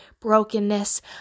brokenness